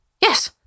Yes